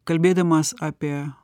kalbėdamas apie